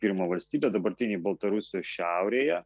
pirmą valstybę dabartinėje baltarusijos šiaurėje